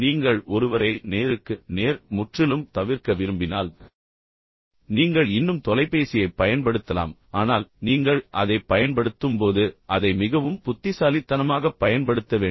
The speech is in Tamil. நீங்கள் ஒருவரை நேருக்கு நேர் முற்றிலும் தவிர்க்க விரும்பினால் நீங்கள் இன்னும் தொலைபேசியைப் பயன்படுத்தலாம் ஆனால் நீங்கள் அதைப் பயன்படுத்தும்போது அதை மிகவும் புத்திசாலித்தனமாகப் பயன்படுத்த வேண்டும்